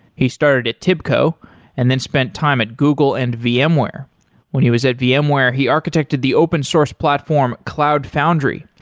he started at tibco and then spent time at google and vmware. when he was at vmware, he architected the open source platform cloud foundry.